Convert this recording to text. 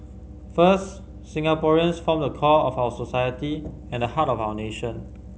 first Singaporeans form the core of our society and the heart of our nation